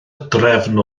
drefn